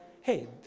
hey